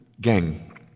Gang